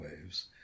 waves